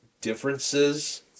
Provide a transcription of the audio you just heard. differences